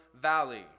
Valley